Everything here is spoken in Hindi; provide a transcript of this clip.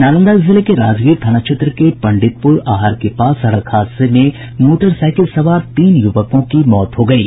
नालंदा जिले के राजगीर थाना क्षेत्र के पंडितपुर आहर के पास सड़क हादसे में मोटरसाईकिल सवार तीन युवकों की मौत हो गयी